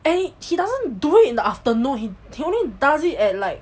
and he he doesn't do it in the afternoon he only does it at like